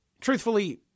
Truthfully